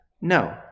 no